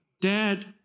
dad